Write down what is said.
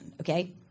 Okay